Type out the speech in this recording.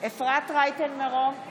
תראה כמה טעויות יהיו.